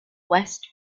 west